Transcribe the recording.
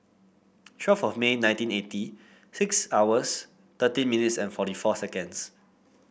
twelve of May nineteen eighty six hours thirteen minutes and forty four seconds